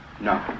No